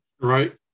Right